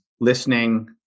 listening